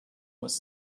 was